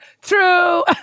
True